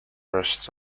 rests